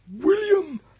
William